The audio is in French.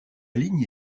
ligne